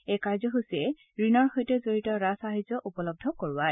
এই কাৰ্য্যসূচীয়ে ঋণৰ সৈতে জড়িত ৰাজসাহায্য উপলব্ধ কৰোৱায়